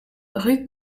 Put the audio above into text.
rue